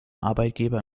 arbeitgeber